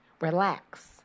Relax